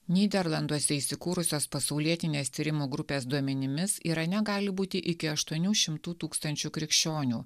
nyderlanduose įsikūrusios pasaulietinės tyrimų grupės duomenimis irane gali būti iki aštuonių šimtų tūkstančių krikščionių